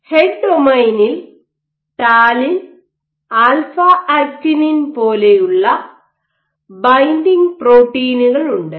head ഡൊമെയ്നിൽ talin alpha actinin talin alpha actinin പോലുള്ള binding പ്രോട്ടീനുകളുണ്ട്